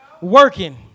working